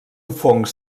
fongs